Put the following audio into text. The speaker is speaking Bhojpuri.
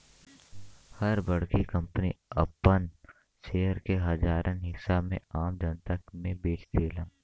हर बड़की कंपनी आपन शेयर के हजारन हिस्सा में आम जनता मे बेच देला